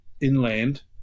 inland